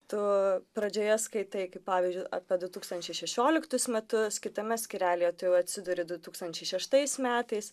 tu pradžioje skaitai kaip pavyzdžiui apie du tūkstančiai šešioliktus metus kitame skyrelyje tu jau atsiduri du tūkstančiai šeštais metais